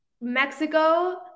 Mexico